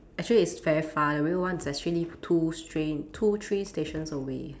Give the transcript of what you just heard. actually it's very far the real one is actually two strain two train stations away